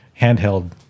handheld